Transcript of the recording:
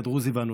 הדרוזי והנוצרי.